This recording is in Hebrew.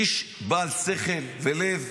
איש בעל שכל ולב.